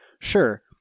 sure